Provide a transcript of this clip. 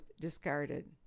discarded